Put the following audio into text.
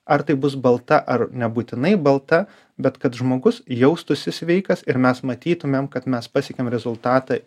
ar tai bus balta ar nebūtinai balta bet kad žmogus jaustųsi sveikas ir mes matytumėm kad mes pasiekėm rezultatą